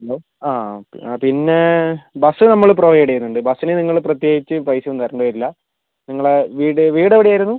hello അതെ പിന്നെ bus നമ്മള് പ്രൊവൈഡ് ചെയ്യുന്നുണ്ട് ബസ്സിന് നിങ്ങള് പ്രത്യേകിച്ച് പൈസ ഒന്നും തരേണ്ടി വരില്ല നിങ്ങളുടെ വീട് വീടെവിടെയായിരുന്നു